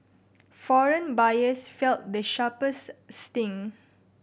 foreign buyers felt the sharpest sting